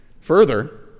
Further